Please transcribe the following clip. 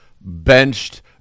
benched